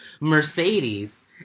Mercedes